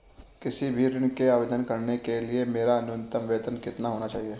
किसी भी ऋण के आवेदन करने के लिए मेरा न्यूनतम वेतन कितना होना चाहिए?